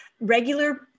regular